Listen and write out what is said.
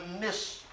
miss